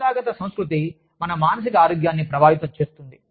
సంస్థాగత సంస్కృతి మన మానసిక ఆరోగ్యాన్ని ప్రభావితం చేస్తుంది